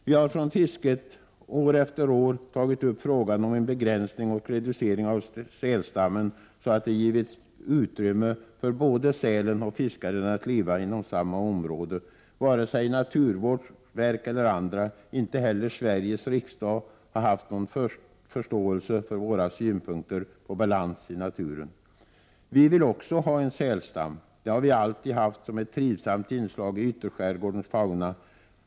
Vi har från fisket år efter år tagit upp frågan om en begränsning och reducering av sälstammen så att det givits utrymme för både sälen och fiskaren att leva inom samma område. Varken naturvårdsverk eller andra — inte heller Sveriges riksdag — har haft någon förståelse för våra synpunkter på balans i naturen. Vi vill också ha en sälstam. Det har vi alltid haft som ett trivsamt inslag i ytterskärgårdens fauna.